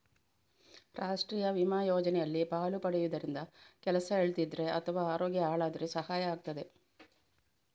ರಾಷ್ಟೀಯ ವಿಮಾ ಯೋಜನೆಯಲ್ಲಿ ಪಾಲು ಪಡೆಯುದರಿಂದ ಕೆಲಸ ಇಲ್ದಿದ್ರೆ ಅಥವಾ ಅರೋಗ್ಯ ಹಾಳಾದ್ರೆ ಸಹಾಯ ಆಗ್ತದೆ